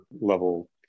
level